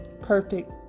perfect